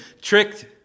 tricked